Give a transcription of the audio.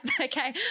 okay